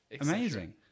Amazing